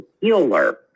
healer